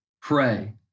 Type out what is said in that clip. pray